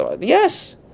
Yes